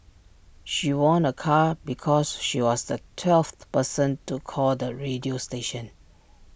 she won A car because she was the twelfth person to call the radio station